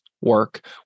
work